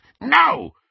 No